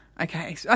Okay